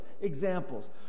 examples